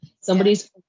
Somebody's